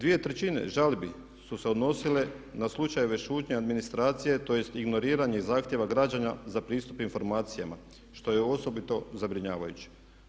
Dvije trećine žalbi su se odnosile na slučajeve šutnje administracije, tj. ignoriranje i zahtjeva građana za pristup informacijama što je osobito zabrinjavajuće.